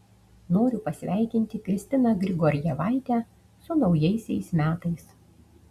noriu pasveikinti kristiną grigorjevaitę su naujaisiais metais